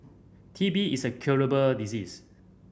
T B is a curable disease